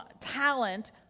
talent